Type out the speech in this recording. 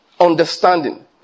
understanding